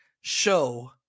show